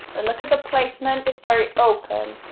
and look at the placement, it's very open,